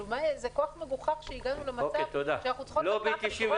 זה כל כך מגוחך שהגענו למצב שאנחנו צריכות לקחת בחזרה